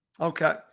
Okay